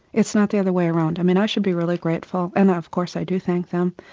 it's not the other way around, i mean i should be really grateful and of course i do thank them,